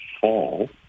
fall